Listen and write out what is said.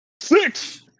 Six